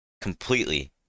completely